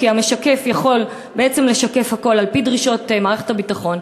כי המשקף יכול בעצם לשקף הכול על-פי דרישות מערכת הביטחון,